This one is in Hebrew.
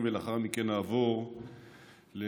26, 143, 144, 145, 146, 147, 148, 149, 151